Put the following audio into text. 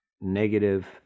Negative